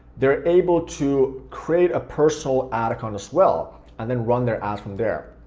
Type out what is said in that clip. they're able to create a personal ad account as well and then run their ads from there.